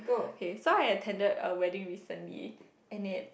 okay so I attended a wedding recently in it